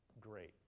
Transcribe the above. great